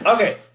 okay